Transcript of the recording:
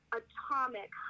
atomic